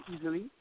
easily